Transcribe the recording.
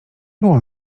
było